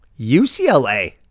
ucla